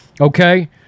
okay